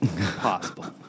Possible